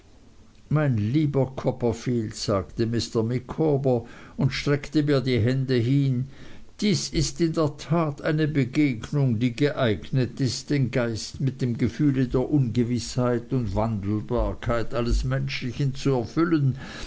mein lieber copperfield sagte mr micawber und streckte mir die hände hin dies ist in der tat eine begegnung die geeignet ist den geist mit dem gefühle der ungewißheit und wandelbarkeit alles menschlichen zu erfüllen